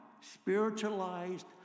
spiritualized